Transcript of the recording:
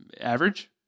average